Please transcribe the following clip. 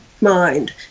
mind